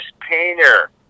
painter